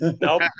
No